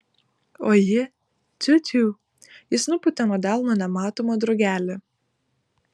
o ji tiu tiū jis nupūtė nuo delno nematomą drugelį